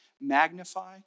magnify